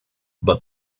but